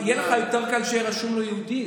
אבל יהיה לך יותר קל שיהיה רשום לו "יהודי",